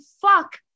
fuck